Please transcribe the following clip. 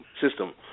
system